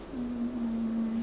um